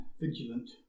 vigilant